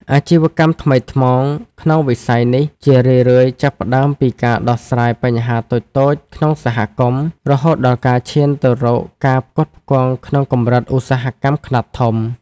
អាជីវកម្មថ្មីថ្មោង ក្នុងវិស័យនេះជារឿយៗចាប់ផ្ដើមពីការដោះស្រាយបញ្ហាតូចៗក្នុងសហគមន៍ រហូតដល់ការឈានទៅរកការផ្គត់ផ្គង់ក្នុងកម្រិតឧស្សាហកម្មខ្នាតធំ។